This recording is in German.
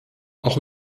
auch